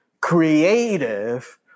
creative